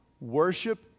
Worship